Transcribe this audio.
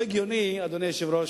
אדוני היושב-ראש,